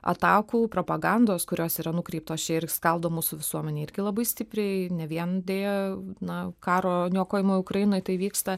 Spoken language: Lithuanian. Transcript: atakų propagandos kurios yra nukreiptos čia ir skaldo mūsų visuomenę irgi labai stipriai ne vien deja na karo niokojamoj ukrainoj tai vyksta